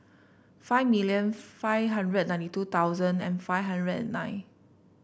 five million five hundred ninety two thousand and five hundred and nine